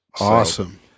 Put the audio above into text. Awesome